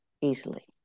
easily